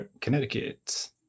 Connecticut